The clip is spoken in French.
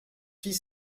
fille